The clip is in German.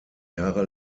jahre